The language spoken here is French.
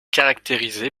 caractérisée